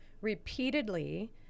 repeatedly